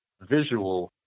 visual